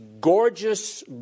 gorgeous